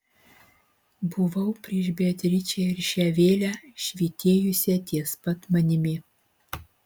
buvau prieš beatričę ir šią vėlę švytėjusią ties pat manimi